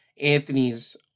Anthony's